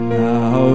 now